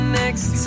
next